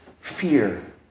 fear